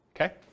okay